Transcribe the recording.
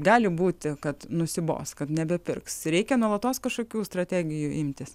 gali būti kad nusibos kad nebepirks reikia nuolatos kažkokių strategijų imtis